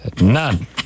none